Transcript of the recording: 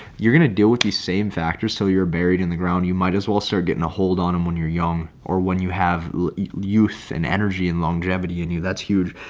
you're going to deal with the same factors. so you're buried in the ground, you might as well start getting a hold on and when you're young, or when you have use and energy and longevity and you that's huge.